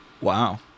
wow